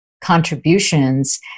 contributions